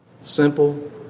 simple